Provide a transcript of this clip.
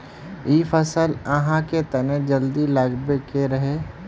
इ फसल आहाँ के तने जल्दी लागबे के रहे रे?